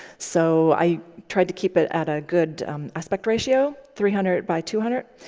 so i tried to keep it at a good aspect ratio, three hundred by two hundred.